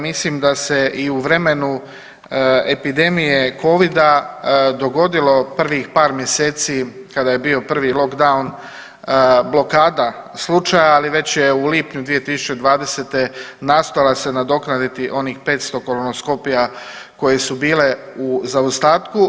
Mislim da se i u vremenu epidemije Covida dogodilo prvih par mjeseci, kada je bio prvi lockdown blokada slučaja, ali već je u lipnju 2020. nastojala se nadoknaditi onih 500 kolanoskopija koje su bile u zaostatku.